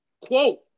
Quote